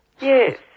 Yes